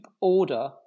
order